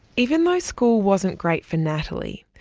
even though school wasn't great for natalie,